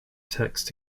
texts